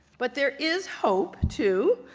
but there is hope, too.